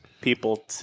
People